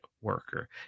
worker